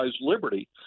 liberty